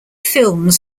films